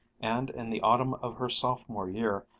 and in the autumn of her sophomore year,